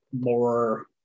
more